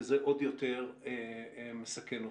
וזה עוד יותר מסכן אותנו.